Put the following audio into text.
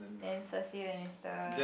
then see you on insta